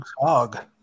hog